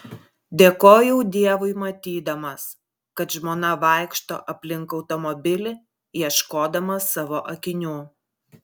dėkojau dievui matydamas kad žmona vaikšto aplink automobilį ieškodama savo akinių